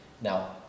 Now